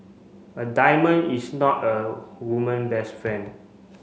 a diamond is not a woman best friend